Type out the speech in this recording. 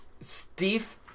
Steve